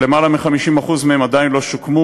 שלמעלה מ-50% מהם עדיין לא שוקמו,